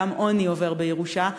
גם עוני עובר בירושה.